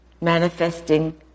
manifesting